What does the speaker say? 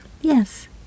Yes